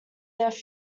death